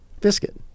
Biscuit